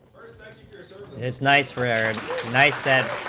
that is nice for errant nice said